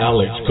Alex